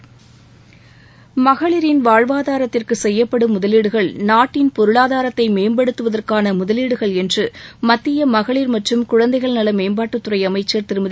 பொருளாதாரத்தை மகளிரின் வாழ்வாதாரத்திற்கு செய்யப்படும் முதலீடுகள் நாட்டின் மேம்படுத்துவதற்கான முதலீடுகள் என்று மத்திய மகளிர் மற்றும் குழந்தைகள் மேம்பாட்டுத்துறை அமைச்ச் திருமதி